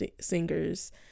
Singers